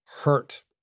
hurt